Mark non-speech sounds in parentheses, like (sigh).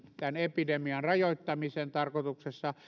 tämän epidemian rajoittamisen tarkoituksessa (unintelligible)